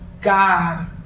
god